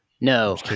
No